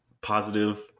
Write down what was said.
positive